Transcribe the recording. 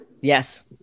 Yes